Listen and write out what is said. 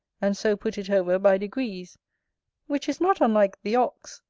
and so put it over by degrees which is not unlike the ox,